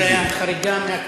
פה זה היה חריגה מהכללים,